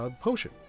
Potion